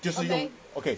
就是 okay